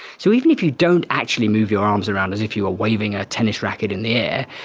so even if you don't actually move your arms around as if you are waving a tennis racket in the air,